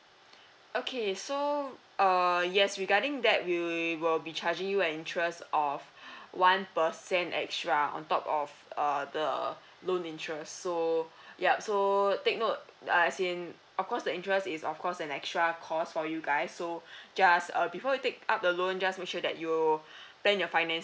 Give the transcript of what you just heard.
okay so uh yes regarding that we will be charging you an interest of one percent extra on top of uh the loan interest so yup so take note uh as in of course the interest is of course an extra cost for you guys so just uh before you pick up the loan just make sure that you plan your finan~